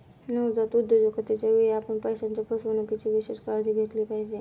नवजात उद्योजकतेच्या वेळी, आपण पैशाच्या फसवणुकीची विशेष काळजी घेतली पाहिजे